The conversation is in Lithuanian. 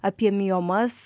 apie miomas